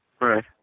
Right